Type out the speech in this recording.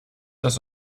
das